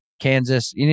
Kansas